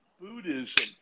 Buddhism